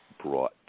brought